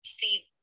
see